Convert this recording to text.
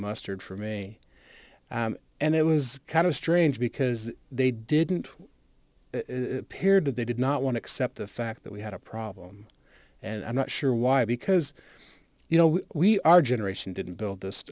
mustard for me and it was kind of strange because they didn't appear to they did not want to accept the fact that we had a problem and i'm not sure why because you know we our generation didn't build this